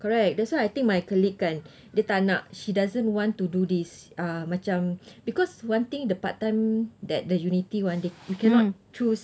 correct that's why I think my colleague kan dia tak nak she doesn't want to do this uh macam because one thing the part time that the unity one you cannot choose